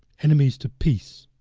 enemies to peace,